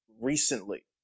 recently